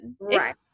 Right